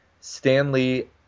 Stanley